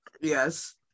Yes